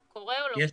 קורה או לא קורה?